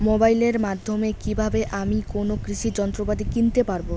মোবাইলের মাধ্যমে কীভাবে আমি কোনো কৃষি যন্ত্রপাতি কিনতে পারবো?